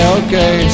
okay